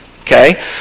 Okay